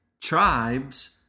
tribes